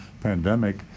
pandemic